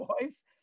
boys